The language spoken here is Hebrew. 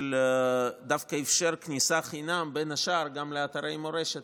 שדווקא אפשר כניסה חינם בין השאר גם לאתרי מורשת,